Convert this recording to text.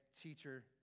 teacher